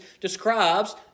describes